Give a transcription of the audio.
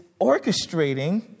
orchestrating